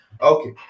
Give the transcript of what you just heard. Okay